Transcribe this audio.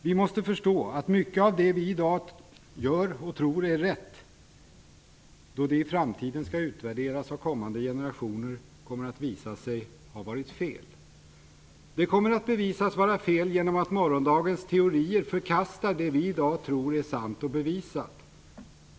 Vi måste förstå att mycket av det vi i dag gör och tror är rätt kommer att visa sig ha varit fel då det i framtiden skall utvärderas av kommande generationer. Det kommer att bevisas vara fel genom att morgondagens teorier förkastar det vi i dag tror är sant och bevisat.